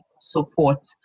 support